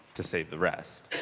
to save the rest,